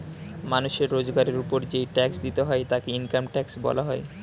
মানুষের রোজগারের উপর যেই ট্যাক্স দিতে হয় তাকে ইনকাম ট্যাক্স বলা হয়